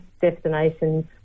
destinations